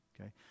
Okay